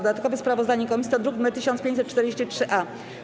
Dodatkowe sprawozdanie komisji to druk nr 1543-A.